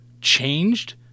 changed